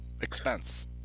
expense